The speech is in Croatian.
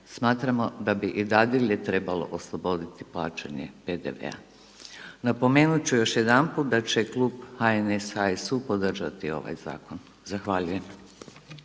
smatramo da bi i dadilje trebalo osloboditi plaćanja PDV-a. Napomenut ću još jedanput da će klub HNS, HSU podržati ovaj zakon. Zahvaljujem.